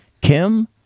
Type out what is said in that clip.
Kim